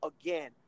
again